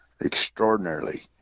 extraordinarily